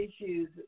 issues